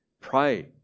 Pray